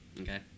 Okay